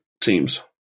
teams